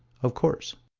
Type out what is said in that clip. of course,